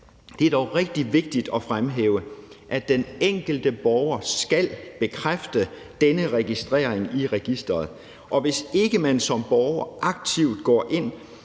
Det er dog rigtig vigtigt at fremhæve, at den enkelte borger skal bekræfte denne registrering i registeret, og hvis ikke man som borger aktivt går ind